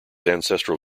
ancestral